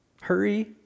Hurry